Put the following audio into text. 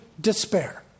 despair